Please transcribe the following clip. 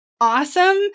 awesome